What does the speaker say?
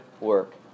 work